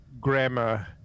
grammar